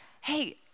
Hey